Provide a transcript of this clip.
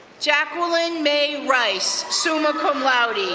jacquelyn may rice, summa cum laude,